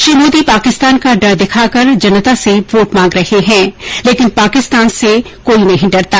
श्री मोदी पाकिस्तान का डर दिखाकर जनता से वोट मांग रहे है लेकिन पाकिस्तान से कोई नहीं डरता